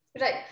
Right